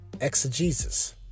exegesis